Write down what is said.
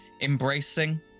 embracing